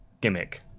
gimmick